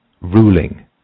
ruling